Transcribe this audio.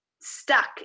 stuck